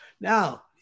Now